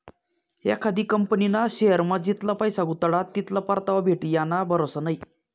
एखादी कंपनीना शेअरमा जितला पैसा गुताडात तितला परतावा भेटी याना भरोसा नै